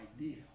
idea